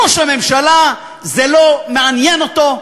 ראש הממשלה, זה לא מעניין אותו,